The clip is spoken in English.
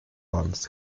arms